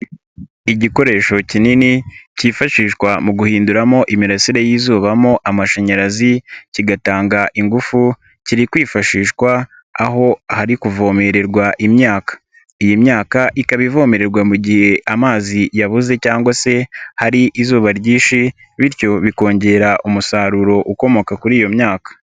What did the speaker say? Igikoresho kinini kifashishwa mu guhinduramo imirasire y'izubamo amashanyarazi kigatanga ingufu kiri kwifashishwa aho hari kuvomererwa imyaka, iyi myaka ikaba ivomererwa mu gihe amazi yabuze cyangwa se hari izuba ryinshi bityo bikongera umusaruro ukomoka kuri iyo myaka.